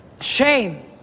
shame